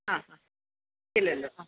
ആ ഇല്ലല്ലോ ഹാ